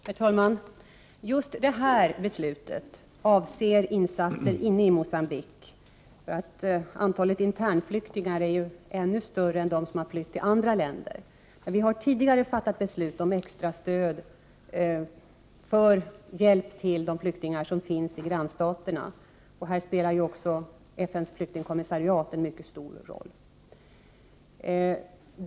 Herr talman! Just detta beslut avser insatser inne i Mogambique. Antalet internflyktingar är ännu större än det antal som har flyttat till andra länder. Vi har tidigare fattat beslut om extra stöd och hjälp till de flyktingar som finns i grannstaterna. Här spelar också FN:s flyktingkommissariat en mycket stor roll.